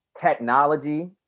technology